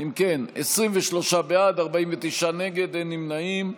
אם כן, 23 בעד, 49 נגד, אין נמנעים.